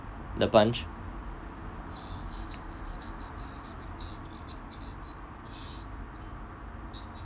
the punch